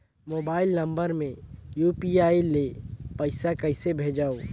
Mobile number मे UPI ले पइसा कइसे भेजवं?